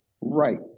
Right